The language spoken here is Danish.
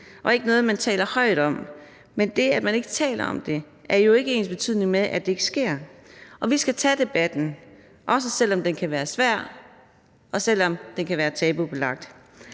og ikke noget, man taler højt om. Men det, at man ikke taler om det, er jo ikke ensbetydende med, at det ikke sker. Og vi skal tage debatten, også selv om den kan være svær, og selv om den kan være tabubelagt.